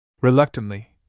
Reluctantly